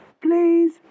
please